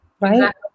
Right